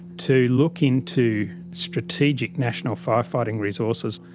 to look into strategic, national firefighting resources,